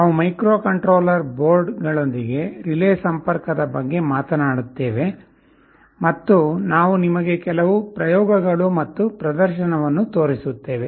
ನಾವು ಮೈಕ್ರೊಕಂಟ್ರೋಲರ್ ಬೋರ್ಡ್ಗಳೊಂದಿಗೆ ರಿಲೇ ಸಂಪರ್ಕದ ಬಗ್ಗೆ ಮಾತನಾಡುತ್ತೇವೆ ಮತ್ತು ನಾವು ನಿಮಗೆ ಕೆಲವು ಪ್ರಯೋಗಗಳು ಮತ್ತು ಪ್ರದರ್ಶನವನ್ನು ತೋರಿಸುತ್ತೇವೆ